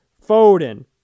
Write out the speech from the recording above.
Foden